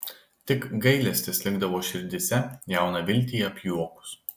tik gailestis likdavo širdyse jauną viltį apjuokus